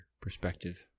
perspective